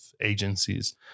agencies